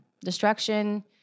destruction